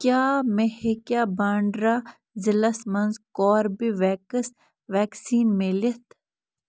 کیٛاہ مےٚ ہیٚکیٛاہ بھانٛڈرا ضلعس مَنٛز کاربِوٮ۪کٕس وٮ۪کسیٖن مِلِتھ